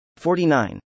49